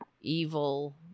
evil